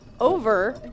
Over